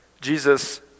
Jesus